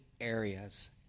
areas